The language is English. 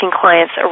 clients